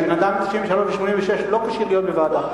שבן-אדם בן 93 ו-86 לא כשיר להיות בוועדה?